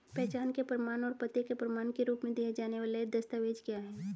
पहचान के प्रमाण और पते के प्रमाण के रूप में दिए जाने वाले दस्तावेज क्या हैं?